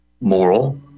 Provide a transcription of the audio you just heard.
moral